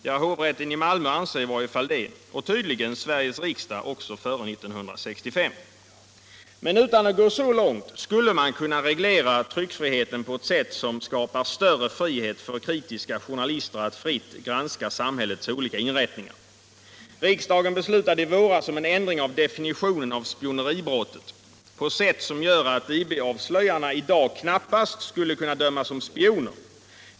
Ja, hovrätten över Skåne och Blekinge anser i varje fall det, och tydligen också Sveriges riksdag före 1965. Men även utan att gå så långt skulle man kunna reglera tryckfriheten på ett sätt som skapar större frihet för kritiska journalister att fritt granska samhällets olika inrättningar. Riksdagen beslutade i våras en sådan ändring av definitionen av spioneribrottet att IB-avslöjarna i dag knappast skulle kunna dömas som spioner.